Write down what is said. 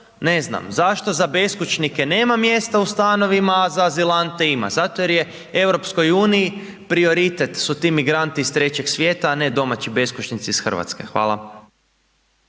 ne znam. Zašto za beskućnike nema mjesta u stanovima a za azilante ima? Zato jer je EU prioritet su ti migranti iz Trećeg svijeta a ne domaći beskućnici iz Hrvatske. Hvala.